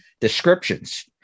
descriptions